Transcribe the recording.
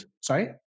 Sorry